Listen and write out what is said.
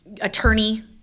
attorney